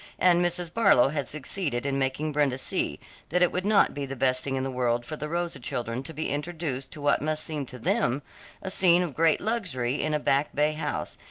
and mrs. barlow had succeeded in making brenda see that it would not be the best thing in the world for the rosa children to be introduced to what must seem to them a scene of great luxury in a back bay house,